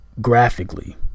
graphically